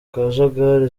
kajagari